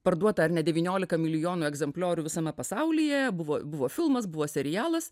parduota ar ne devyniolika milijonų egzempliorių visame pasaulyje buvo buvo filmas buvo serialas